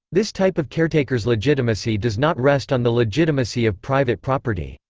this type of caretaker's legitimacy does not rest on the legitimacy of private property.